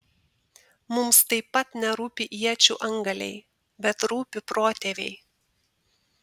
mums taip pat nerūpi iečių antgaliai bet rūpi protėviai